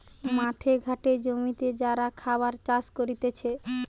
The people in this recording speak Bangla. মাঠে ঘাটে জমিতে যারা খাবার চাষ করতিছে